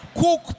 Cook